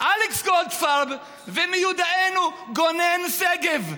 אלכס גולדפרב ומיודענו גונן שגב.